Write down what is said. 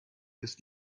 ist